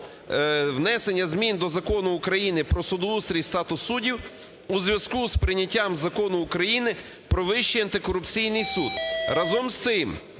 внесення змін до Закону України "Про судоустрій і статус суддів" у зв'язку з прийняттям Закону України "Про Вищий антикорупційний суд". Разом з тим,